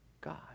God